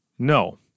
No